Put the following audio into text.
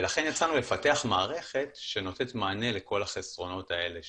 ולכן יצאנו לפתח מערכת שנותנת מענה לכל החסרונות האלה שזיהינו.